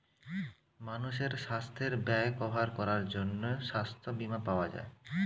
মানুষের সাস্থের ব্যয় কভার করার জন্যে সাস্থ বীমা পাওয়া যায়